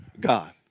God